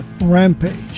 Rampage